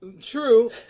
True